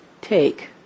take